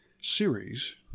series